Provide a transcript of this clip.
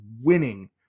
winning